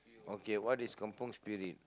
okay what is Kampung Spirit